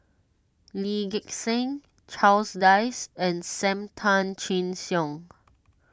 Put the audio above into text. Lee Gek Seng Charles Dyce and Sam Tan Chin Siong